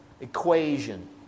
equation